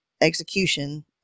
execution